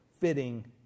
fitting